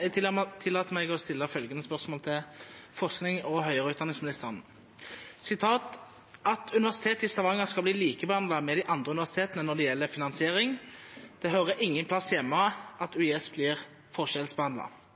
Jeg tillater meg å stille følgende spørsmål til forsknings- og høyere utdanningsministeren: ««At Universitetet i Stavanger skal bli likebehandlet med de andre universitetene når det gjelder finansiering. Det hører ingen plass hjemme at UiS blir